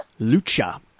Lucha